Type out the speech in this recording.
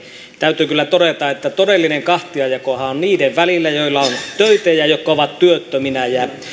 täytyy kyllä todeta että todellinen kahtiajakohan on niiden välillä joilla on töitä ja jotka ovat työttöminä